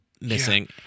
missing